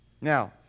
Now